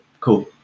Cool